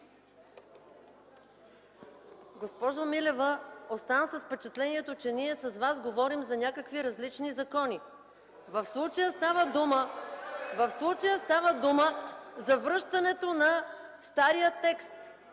Госпожо Милева, оставам с впечатлението, че ние с Вас говорим за някакви различни закони. (Реплики от ГЕРБ.) В случая става дума за връщането на стария текст,